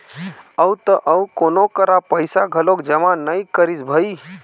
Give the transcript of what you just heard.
अउ त अउ कोनो करा पइसा घलोक जमा नइ करिस भई